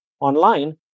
online